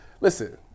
listen